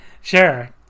sure